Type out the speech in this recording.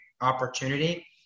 opportunity